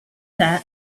that